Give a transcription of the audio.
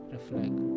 Reflect